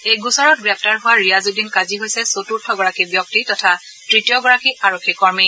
এই গোচৰত গ্ৰেপ্তাৰ হোৱা ৰিয়াজউদ্দিন কাজী হৈছে চতূৰ্থগৰাকী ব্যক্তি তথা তৃতীয়গৰাকী আৰক্ষী কৰ্মী